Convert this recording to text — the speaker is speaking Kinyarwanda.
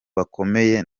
bakomeye